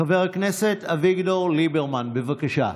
חבר הכנסת אביגדור ליברמן, בבקשה.